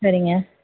சரிங்க